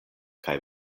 kaj